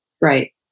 Right